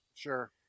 Sure